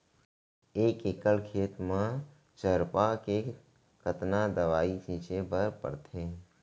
एक एकड़ खेत म चरपा के कतना दवई छिंचे बर पड़थे?